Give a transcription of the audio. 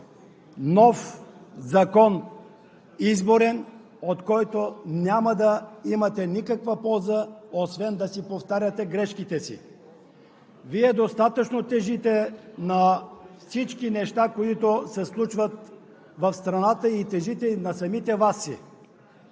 нов Изборен закон, от който няма да имате никаква полза, освен да повтаряте грешките си. Вие достатъчно тежите на всички неща, които се случват в страната, тежите и на самите Вас!